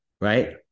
right